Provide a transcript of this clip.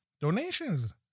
Donations